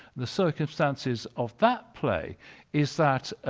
the circumstances of that play is that